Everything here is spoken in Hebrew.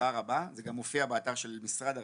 בשמחה רבה, זה גם מופיע באתר של משרד הרווחה,